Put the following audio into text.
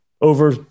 over